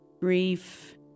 grief